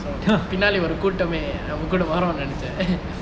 பின்னாடி ஒரு கூட்டமே நம்ப கூட வரும் நெநச்சேன்:pinnaadi oru kootame varum nenechen